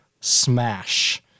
smash